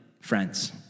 friends